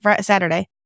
Saturday